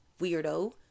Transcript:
Weirdo